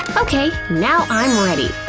okay, now i'm ready!